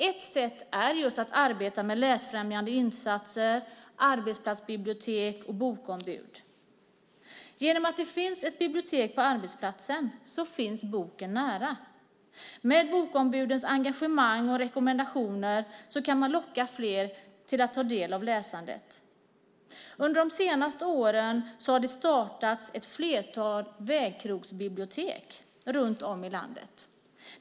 Ett sätt är att arbeta med läsfrämjande insatser, arbetsplatsbibliotek och bokombud. Genom att det finns ett bibliotek på arbetsplatsen finns boken nära. Med bokombudens engagemang och rekommendationer kan man locka fler till att ta del av läsandet. Under de senaste åren har ett flertal vägkrogsbibliotek startats runt om i landet.